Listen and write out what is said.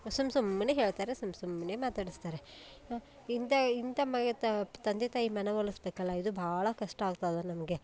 ಸುಮ್ಮ ಸುಮ್ಮನೆ ಹೇಳ್ತಾರೆ ಸುಮ್ಮ ಸುಮ್ಮನೆ ಮಾತಾಡಿಸ್ತಾರೆ ಇಂಥ ಇಂಥ ಮ ತಂದೆ ತಾಯಿ ಮನ ಒಲಿಸಬೇಕಲ್ಲ ಇದು ಭಾಳ ಕಷ್ಟ ಆಗ್ತಾ ಇದೆ ನಮಗೆ